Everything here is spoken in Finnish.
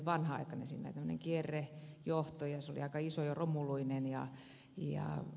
siinä oli kierrejohto ja se oli aika iso ja romuluinen